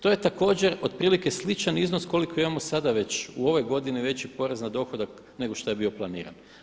To je također otprilike sličan iznos koliko imamo sada već u ovoj godini veći porez na dohodak nego što je bio planiran.